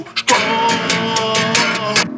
strong